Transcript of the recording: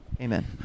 Amen